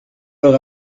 leur